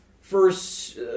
first